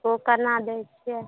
ओ केना दै छियै